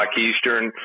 Eastern